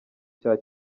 cya